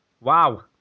Wow